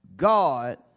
God